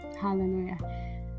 Hallelujah